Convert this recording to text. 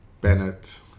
Bennett